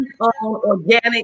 Organic